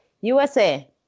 USA